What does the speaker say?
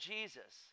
Jesus